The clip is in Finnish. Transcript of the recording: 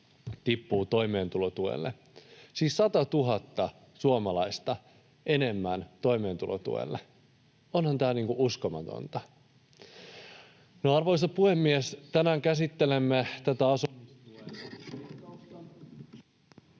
tippuu toimeentulotuelle. Siis 100 000 suomalaista enemmän toimeentulotuelle. Onhan tämä uskomatonta. Arvoisa puhemies! Tänään käsittelemme tätä...